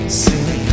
sing